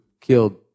killed